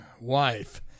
wife